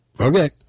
Okay